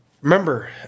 remember